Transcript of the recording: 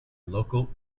local